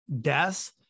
deaths